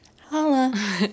Holla